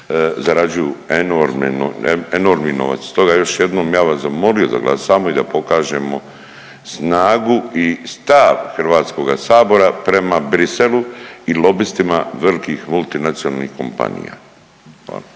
enormne, enormni novac. Stoga još jednom, ja bi vas zamolio da glasamo i da pokažemo snagu i stav Hrvatskoga sabora prema Bruxellesu i lobistima velikih multinacionalnih kompanija.